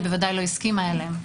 היא בוודאי לא הסכימה עליהם.